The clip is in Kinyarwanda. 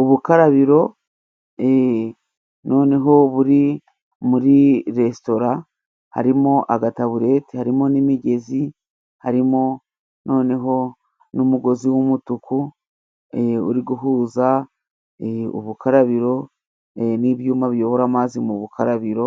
Ubukarabiro e noneho buri muri resitora harimo agataburete ,harimo n'imigezi harimo noneho n'umugozi w'umutuku e uri guhuza ubukarabiro e n'ibyuma biyobora amazi mu bukarabiro,